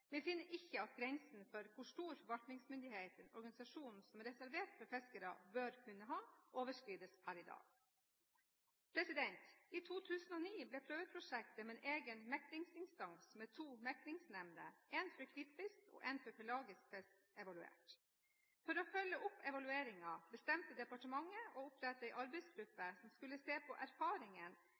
finner ikke at grensene overskrides per i dag for hvor stor forvaltningsmyndighet en organisasjon, som er reservert for fiskere, bør kunne ha. I 2009 ble prøveprosjektet med en egen meklingsinstans med to meklingsnemnder, én for hvitfisk og én for pelagisk fisk, evaluert. For å følge opp evalueringen bestemte departementet å opprette en arbeidsgruppe som skulle se på